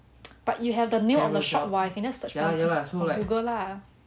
but you have the name of the shop [what] can just search google lah